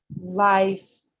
life